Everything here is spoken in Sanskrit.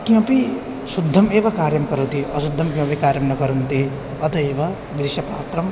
किमपि शुद्धमेव कार्यं करोति अशुद्धं किमपि कार्यं न करोति अतः एव विदुषपात्रम्